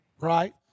Right